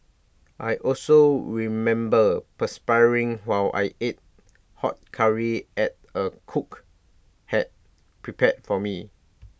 I also remember perspiring while I ate hot Curry at A cook had prepared for me